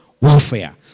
warfare